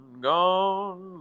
gone